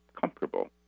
comfortable